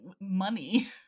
money